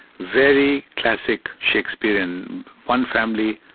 very classic shakespearean, one family,